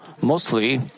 mostly